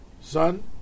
Son